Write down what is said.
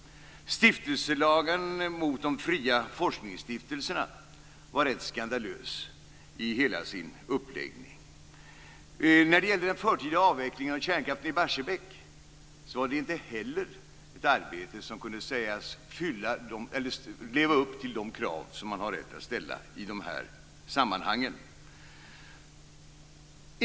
Stiftelselagen mot de fria forskningsstiftelserna var ganska skandalös i hela sin uppläggning. Den förtida avvecklingen av kärnkraftverket i Barsebäck är inte heller ett arbete som kan sägas leva upp till de krav som man har rätt att ställa i de här sammanhangen.